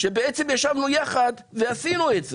שבעצם ישבנו יחד ועשינו את זה.